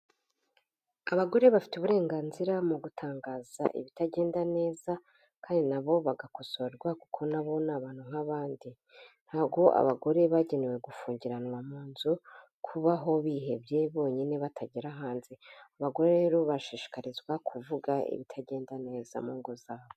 Abagore bafite uburenganzira mu gutangaza ibitagenda neza kandi na bo bagakosorwa kuko na bo ni abantu nk'abandi, ntago abagore bagenewe gufungiranwa mu nzu, kubaho bihebye bonyine batagera hanze. Abagore rero bashishikarizwa kuvuga ibitagenda neza mu ngo zabo.